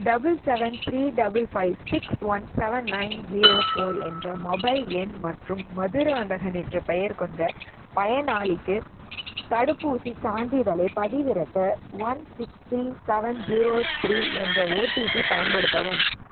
double seven three double five six one seven nine zero four என்ற mobile எண் மற்றும் மதுராந்தகன் என்ற பெயர் கொண்ட பயனாளிக்கு தடுப்பூசிச் சான்றிதலைப் பதிவிறக்க one six three seven zero three என்ற ஓடிபி பயன்படுத்தவும்